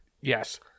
Yes